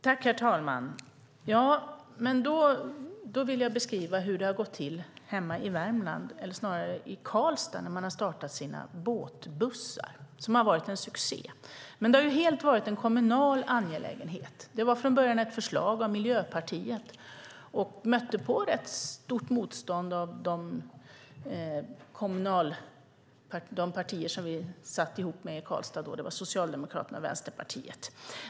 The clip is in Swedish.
Herr talman! Då vill jag beskriva hur det har gått till hemma i Värmland, i Karlstad, när man har startat sina båtbussar, som har varit en succé. Men det har helt varit en kommunal angelägenhet. Det var från början ett förslag från Miljöpartiet som mötte rätt stort motstånd från de partier som vi då satt ihop med i Karlstad, Socialdemokraterna och Vänsterpartiet.